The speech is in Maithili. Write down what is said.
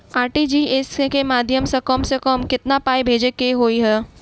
आर.टी.जी.एस केँ माध्यम सँ कम सऽ कम केतना पाय भेजे केँ होइ हय?